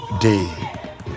day